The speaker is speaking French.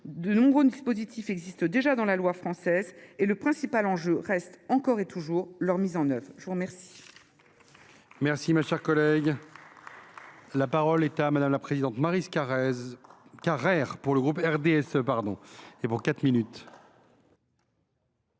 de nombreux dispositifs existent déjà dans la loi française et le principal enjeu reste, encore et toujours, leur mise en œuvre. La parole